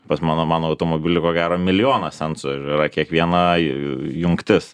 pas mano mano automobilį ko gero milijonas sensorių ir yra kiekviena jungtis